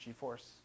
GeForce